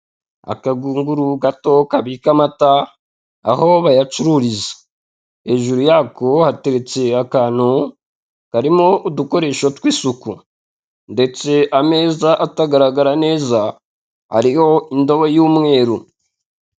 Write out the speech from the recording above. Akagunguru gato kabika amata aho bayacururiza, hejuru yako yateretse akantu karimo udukoresho tw'isuku ndetse ameza atagaragara neza ariho indobo y'umweru.